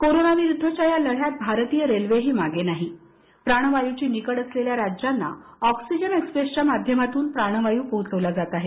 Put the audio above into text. कोरोन विरुद्धच्या या लढ्यात भारतीय रेल्वेही मागे नाही प्राणवायूची निकड असलेल्या राज्यांना ऑक्सिजन एक्स्प्रेसच्या माध्यमातून प्राणवायू पोहोचवला जात आहे